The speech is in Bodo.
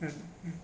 आरो